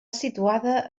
situada